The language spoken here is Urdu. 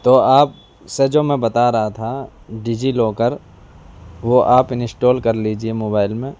تو آپ سے جو میں بتا رہا تھا ڈی جی لاکر وہ آپ انسٹال کر لیجیے موبائل میں